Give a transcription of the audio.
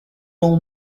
all